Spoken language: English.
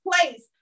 place